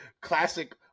Classic